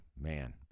man